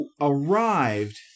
arrived